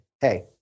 Hey